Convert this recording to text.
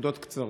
בנקודות קצרות.